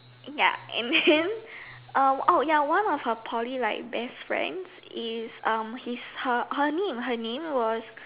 ya and then uh oh ya one of her Poly like best friends is um his her her name her name was